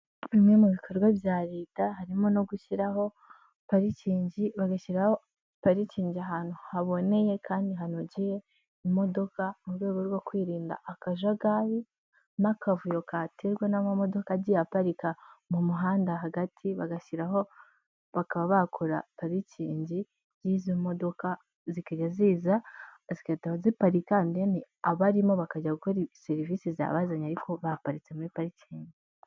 Bimwe mu bikorwa bya Leta harimo no gushyiraho parikingi, bagashyiraho parikingi ahantu haboneye kandi hanogeye imodoka, mu rwego rwo kwirinda akajagari n'akavuyo katerwa n'amamodoka agiye aparika mu muhanda hagati bagashyiraho bakaba bakora parikingi y'izo modoka, zikajya ziza zigahita ziparika deni abarimo bakajya gukora serivisi zibazanye ariko baparitse muri parikingi.